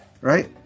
right